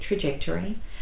trajectory